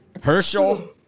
Herschel